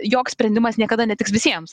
joks sprendimas niekada netiks visiems